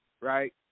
right